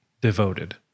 devoted